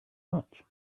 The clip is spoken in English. much